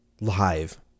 live